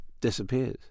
disappears